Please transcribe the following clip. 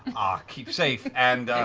keep safe, and